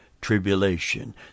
Tribulation